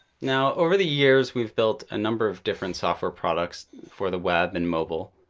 now, over the years, we've built a number of different software products for the web and mobile.